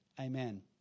Amen